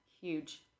huge